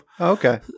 okay